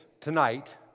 tonight